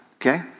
okay